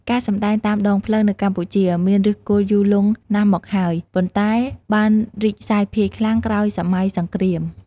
ការសម្ដែងតាមដងផ្លូវនៅកម្ពុជា មានឫសគល់យូរលង់ណាស់មកហើយ ប៉ុន្តែបានរីកសាយភាយខ្លាំងក្រោយសម័យសង្គ្រាម។